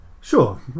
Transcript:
Sure